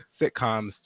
sitcoms